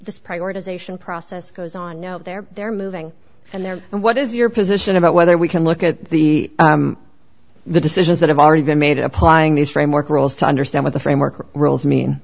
the prioritization process goes on there they're moving and they're and what is your position about whether we can look at the the decisions that have already been made in applying these framework rules to understand what the framework or rules mean